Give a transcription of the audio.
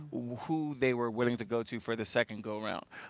who they were willing to go to for the second go around.